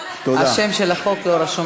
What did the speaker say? השם של החוק לא רשום